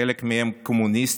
חלק מהם קומוניסטים,